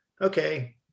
Okay